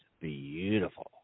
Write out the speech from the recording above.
beautiful